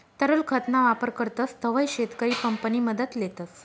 तरल खत ना वापर करतस तव्हय शेतकरी पंप नि मदत लेतस